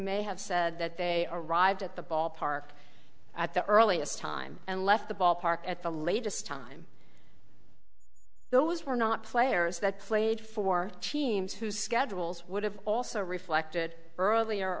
may have said that they are arrived at the ballpark at the earliest time and left the ballpark at the latest time those were not players that played for teams whose schedules would have also